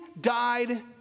died